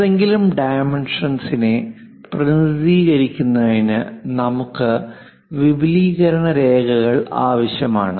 ഏതെങ്കിലും ഡൈമെൻഷൻസ്നെ പ്രതിനിധീകരിക്കുന്നതിന് നമുക്ക് വിപുലീകരണ രേഖകൾ ആവശ്യമാണ്